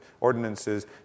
ordinances